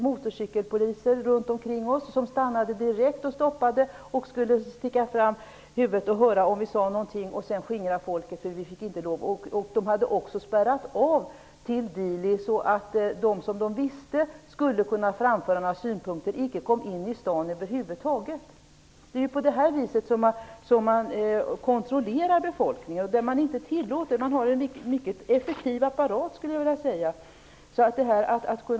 Motorcykelpoliser stannade genast och stack fram huvudet för att höra vad vi sade och skingrade folket. De hade spärrat av Dili så att de som man visste skulle ha synpunkter att framföra inte kom in i staden över huvud taget. På det sättet kontrollerar man befolkningen. Man har en effektiv apparat för detta.